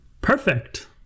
Perfect